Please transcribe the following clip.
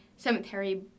Cemetery